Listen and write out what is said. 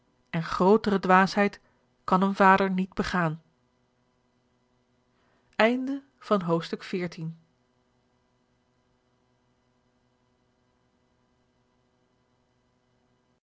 en grtere dwaasheid kan een vader niet begaan